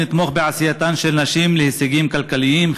ונתמוך בעשייתן של נשים ובהישגים כלכליים,